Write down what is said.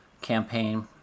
campaign